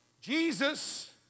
Jesus